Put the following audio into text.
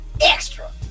extra